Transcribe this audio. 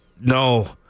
No